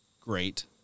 great